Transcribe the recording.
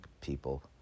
people